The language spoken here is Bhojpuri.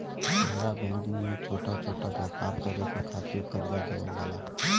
खुदरा बैंकिंग में छोटा छोटा व्यवसाय करे के खातिर करजा देवल जाला